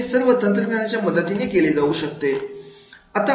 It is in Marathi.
हे सर्व तंत्रज्ञानाच्या मदतीने केले जाऊ शकते